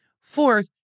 Fourth